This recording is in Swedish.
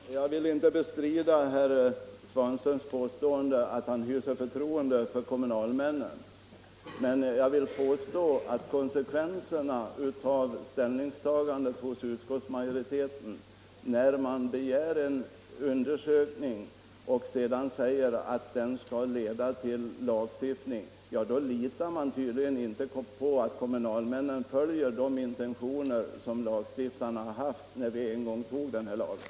Herr talman! Jag vill inte bestrida herr Svanströms påstående att han hyser förtroende för kommunalmännen, men jag vill hävda att innebörden av utskottsmajoritetens förfaringssätt att först begära en undersökning och sedan säga att den skall leda till lagstiftning måste vara att man tydligen inte litar på att kommunalmännen följer de intentioner som lagstiftarna hade när vi en gång antog lagen i fråga.